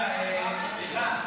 תשלום בעד חוב שטרם חלף המועד לתשלומו),